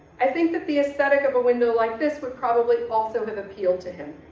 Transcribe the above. i think that the aesthetic of a window like this would probably also have appealed to him.